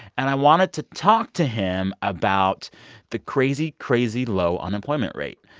and i wanted to talk to him about the crazy, crazy low unemployment rate.